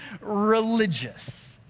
religious